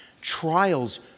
Trials